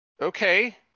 Okay